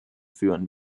führen